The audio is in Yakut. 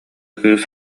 кыыс